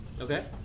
Okay